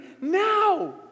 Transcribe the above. Now